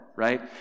right